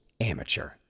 amateur